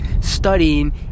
studying